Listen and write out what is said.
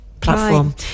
platform